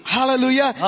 Hallelujah